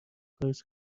کارش